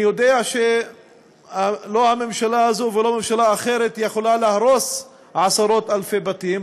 אני יודע שלא הממשלה הזאת ולא ממשלה אחרת יכולה להרוס עשרות-אלפי בתים,